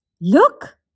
Look